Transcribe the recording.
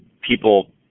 people